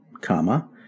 Comma